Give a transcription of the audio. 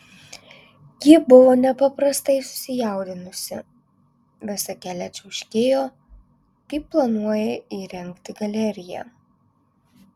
ji buvo nepaprastai susijaudinusi visą kelią čiauškėjo kaip planuoja įrengti galeriją